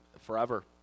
forever